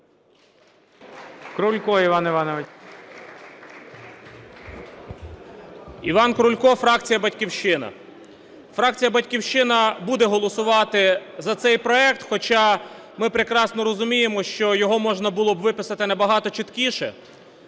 Іван Крулько, фракція "Батьківщина". Фракція "Батьківщина" буде голосувати за цей проект. Хоча ми прекрасно розуміємо, що його можна було б виписати набагато чіткіше,